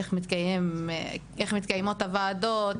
איך מתקיימות הוועדות,